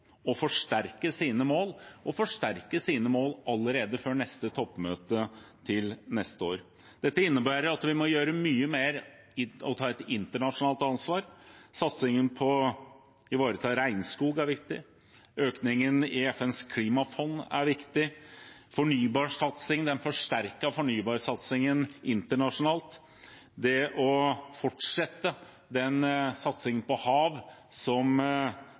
og forsterke dem allerede før toppmøtet til neste år. Det innebærer at vi må gjøre mye mer for å ta et internasjonalt ansvar. Satsingen på å ivareta regnskog er viktig. Økningen i FNs klimafond er viktig. Det samme er den forsterkede fornybarsatsingen internasjonalt. Satsingen på hav som forrige regjering satte i gang, må fortsette.